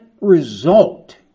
result